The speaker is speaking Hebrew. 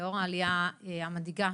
לאור העלייה המדאיגה,